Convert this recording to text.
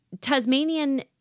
Tasmanian